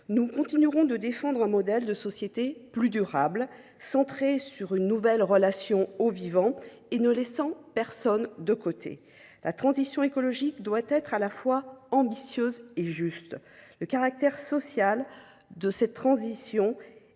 Nous continuerons de défendre un modèle de société plus durable, centré sur une nouvelle relation au vivant et ne laissant personne de côté. La transition écologique doit être à la fois ambitieuse et juste. Le caractère social de cette transition